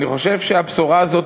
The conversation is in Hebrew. אני חושב שהבשורה הזאת,